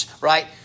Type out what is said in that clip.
Right